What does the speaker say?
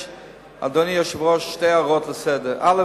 אדוני היושב-ראש, אני מבקש שתי הערות לסדר: א.